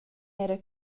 era